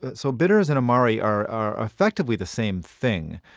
but so bitters and amari are are effectively the same thing.